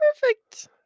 perfect